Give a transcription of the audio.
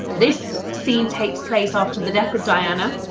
this scene takes place after the death of diana.